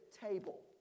table